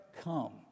Come